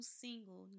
single